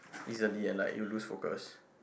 easily ah like you lost focus